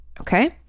okay